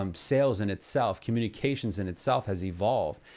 um sales in itself, communications in itself, has evolved.